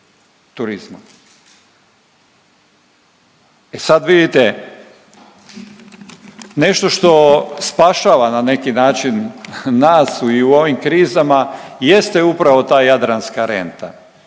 turizma. E sad vidite nešto što spašava na neki način nas i u ovim krizama jeste upravo ta jadranska renta.